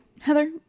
Heather